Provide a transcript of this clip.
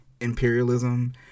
imperialism